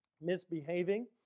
misbehaving